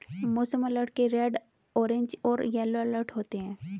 मौसम अलर्ट के red orange और येलो अलर्ट होते हैं